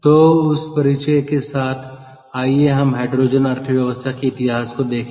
तो उस परिचय के साथ आइए हम हाइड्रोजन अर्थव्यवस्था के इतिहास को देखें